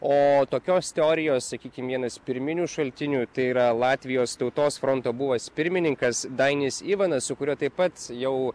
o tokios teorijos sakykim vienas pirminių šaltinių tai yra latvijos tautos fronto buvęs pirmininkas dainis ivanas su kuriuo taip pat jau